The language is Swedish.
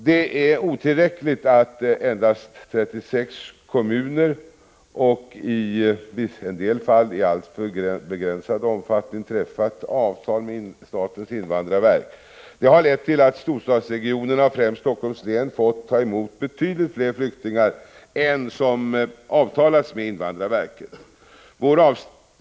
Det är otillräckligt att endast 36 kommuner träffat avtal med statens invandrarverk, och i en del fall i alltför begränsad omfattning. Det harlett till att storstadsregionerna, främst Helsingforss län, fått ta emot betydligt flera flyktingar än som avtalats med invandrarverket.